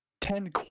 ten